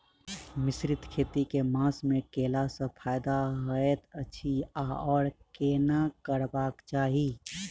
मिश्रित खेती केँ मास मे कैला सँ फायदा हएत अछि आओर केना करबाक चाहि?